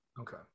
okay